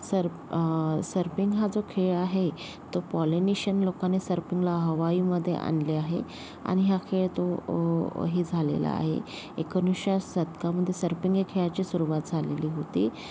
sir surfing हा जो खेळ आहे तो पॉलिनिशन लोकांनी सर्पिंगला हवाईमध्ये आणले आहे आणि हा खेळ तो हे झालेला आहे एकोणविसाव्या शतकामध्ये सर्पिंग या खेळाची सुरवात झालेली होती